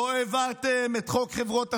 לא העברתם את חוק חברות השמירה.